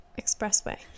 Expressway